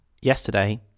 yesterday